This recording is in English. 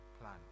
plan